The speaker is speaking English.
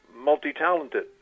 multi-talented